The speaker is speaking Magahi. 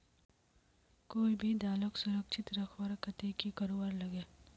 कोई भी दालोक सुरक्षित रखवार केते की करवार लगे?